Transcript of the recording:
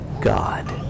God